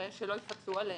הרי שלא יפצו עליהם,